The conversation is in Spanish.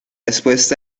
expuesta